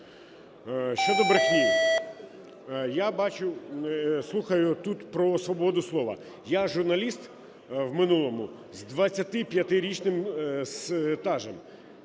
Щодо брехні. Я слухаю тут про свободу слова. Я – журналіст в минулому з 25-річним стажем.